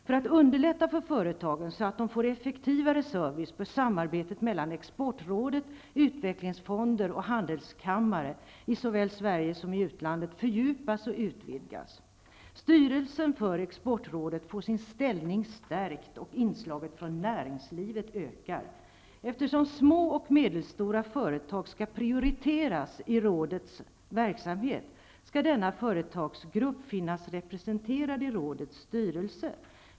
För att underlätta för företagen att få effektivare service, bör samarbetet mellan exportrådet, utvecklingsfonder och handelskammare såväl i Sverige som i utlandet fördjupas och utvidgas. Styrelsen för exportrådet får sin ställning stärkt, och inslagen från näringslivet ökar. Eftersom små och medelstora företag skall prioriteras i exportrådets verksamhet, skall denna företagsgrupp finnas representerad i rådets styrelse.